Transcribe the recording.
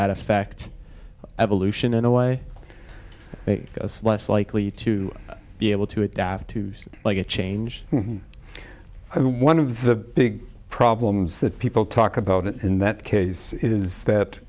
that affect evolution in a way less likely to be able to adapt to use like a change and one of the big problems that people talk about in that case is that